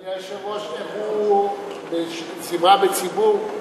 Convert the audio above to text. אדוני היושב-ראש, איך הוא מארגן זמרה בציבור?